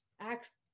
Acts